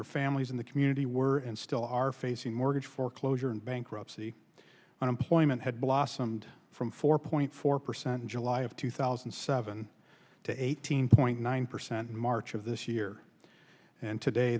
their families in the community were and still are facing mortgage foreclosure and bankruptcy unemployment had blossomed from four point four percent in july of two thousand and seven to eighteen point nine percent in march of this year and today